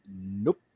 nope